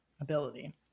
ability